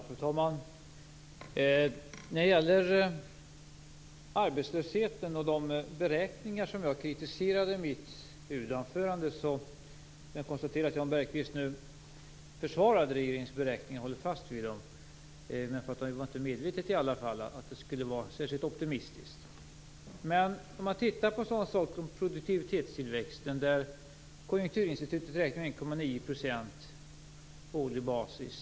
Fru talman! När det gäller arbetslösheten och de beräkningar som jag i mitt huvudanförande kritiserade kan jag konstatera att Jan Bergqvist försvarar regeringens beräkningar och håller fast vid dem. Det var inte medvetet i alla fall att det skulle vara särskilt optimistiskt. I fråga om produktivitetstillväxten räknar Konjunkturinstitutet med 1,9 % på årlig basis.